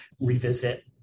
revisit